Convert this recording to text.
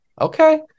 Okay